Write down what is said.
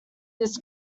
this